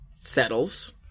settles